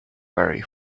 very